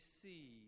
see